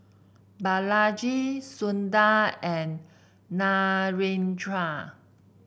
Balaji Sundar and Narendra